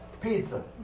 pizza